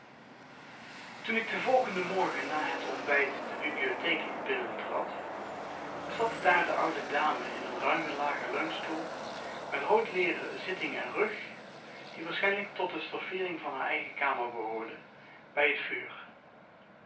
toen ik den volgenden morgen na het ontbijt de bibliotheek binnentrad zat daar de oude dame in een ruimen lagen leunstoel met roodlederen zitting en rug die waarschijnlijk tot de stoffeering van haar eigen kamer behoorde bij het vuur